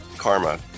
karma